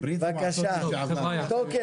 ומעל גיל 45 זה עד סוף ספטמבר או עד סוף השנה.